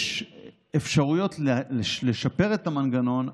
יש אפשרויות לשפר את המנגנון.